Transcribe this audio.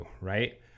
right